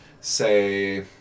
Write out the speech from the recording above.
say